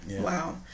Wow